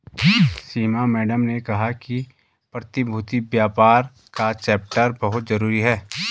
सीमा madam ने कहा कि प्रतिभूति व्यापार का चैप्टर बहुत जरूरी है